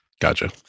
Gotcha